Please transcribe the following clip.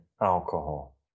alcohol